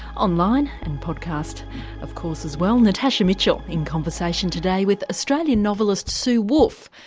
online and podcast of course as well. natasha mitchell in conversation today with australian novelist sue woolfe,